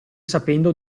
sapendo